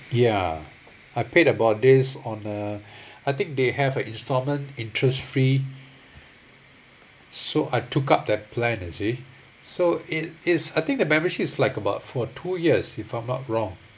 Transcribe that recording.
ya I paid about this on uh I think they have a instalment interest free so I took up that plan you see so it is I think the membership like about for two years if I'm not wrong